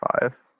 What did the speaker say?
Five